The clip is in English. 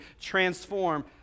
transform